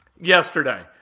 yesterday